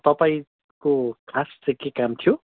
तपाईँको खास चाहिँ के काम थियो